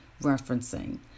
referencing